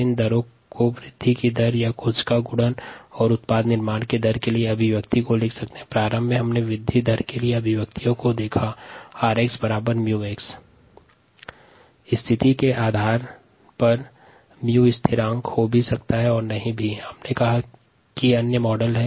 कोशिका वृद्धि दर या कोशिका गुणन और उत्पाद निर्माण की दर के लिए अभिव्यक्ति निम्नानुसार है rxμx विशेष स्थिति के आधार पर स्थिरांक भी हो सकता हैं